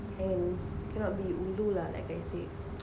and cannot be ulu lah like I said